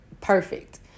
perfect